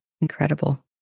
Incredible